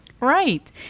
Right